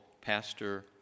pastor